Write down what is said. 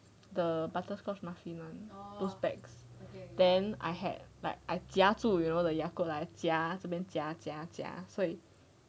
the butterscotch muffins [one] two pack then I had like I 夹住 you know the yakult then 夹这边夹夹夹所以